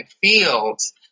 Fields